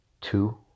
Two